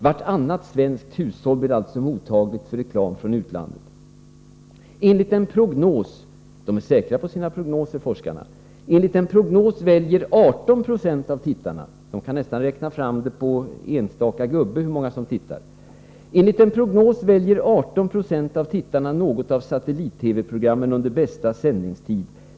Vartannat svenskt hushåll blir alltså mottagligt för reklam från utlandet.” Forskarna är säkra på sin sak och kan nästan räkna fram varje ”gubbe” som tittar på TV. I undersökningen säger man nämligen så här: ”Enligt en prognos väljer 18 90 av tittarna något av satellit-TV-programmen under bästa sändningstid.